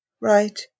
right